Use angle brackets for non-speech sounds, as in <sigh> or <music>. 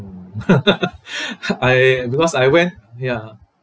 <laughs> I because I went ya